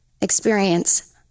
experience